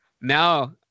now